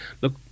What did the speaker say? look